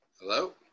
hello